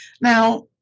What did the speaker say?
Now